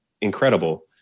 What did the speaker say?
incredible